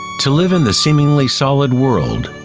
to live in the seemingly solid world,